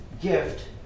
gift